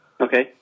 Okay